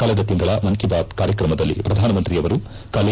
ಕಳೆದ ತಿಂಗಳ ಮನ್ ಕಿ ಬಾತ್ ಕಾರ್ಯಕ್ರಮದಲ್ಲಿ ಪ್ರಧಾನಮಂತ್ರಿಯವರು ಕಲೆ